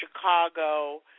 Chicago